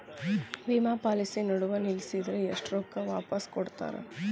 ವಿಮಾ ಪಾಲಿಸಿ ನಡುವ ನಿಲ್ಲಸಿದ್ರ ಎಷ್ಟ ರೊಕ್ಕ ವಾಪಸ್ ಕೊಡ್ತೇರಿ?